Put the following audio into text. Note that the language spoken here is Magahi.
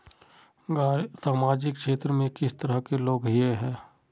सामाजिक क्षेत्र में किस तरह के लोग हिये है?